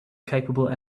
capable